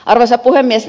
arvoisa puhemies